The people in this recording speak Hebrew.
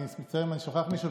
אני מצטער אם אני שוכח מישהו.